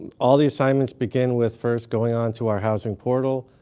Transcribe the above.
and all the assignments begin with first going onto our housing portal,